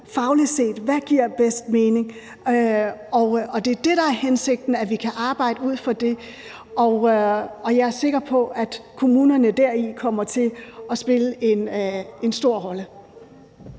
fagligt set bedst mening? Og det er det, der er hensigten, nemlig at vi kan arbejde ud fra det, og jeg er sikker på, at kommunerne i den forbindelse kommer til at spille en stor rolle.